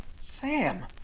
Sam